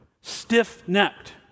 Stiff-necked